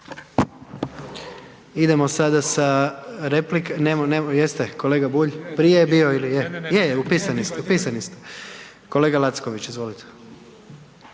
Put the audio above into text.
Idemo sada sa replikama, jeste, kolega Bulj, prije je bio ili je, je je upisani ste, upisani ste, kolega Lacković izvolite.